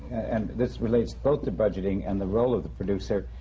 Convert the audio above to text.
and this relates both to budgeting and the role of the producer,